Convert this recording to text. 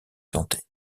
santé